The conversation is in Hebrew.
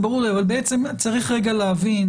ברור לי אבל בעצם צריך רגע להבין,